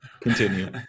Continue